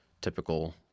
typical